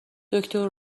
دکتر